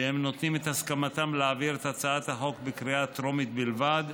שהם נותנים את הסכמתם להעביר את הצעת החוק בקריאה טרומית בלבד.